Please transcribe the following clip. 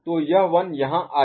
तो यह 1 यहाँ आ जाएगा